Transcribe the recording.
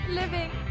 living